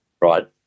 Right